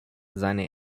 seine